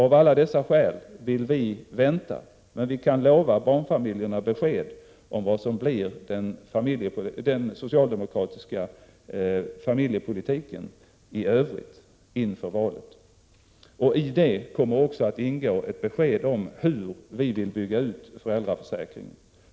Av alla dessa skäl vill vi vänta, men vi kan lova barnfamiljerna besked om vad som blir den socialdemokratiska familjepolitiken i övrigt inför valet. I det kommer också att ingå ett besked om hur vi vill bygga ut föräldraförsäkringen.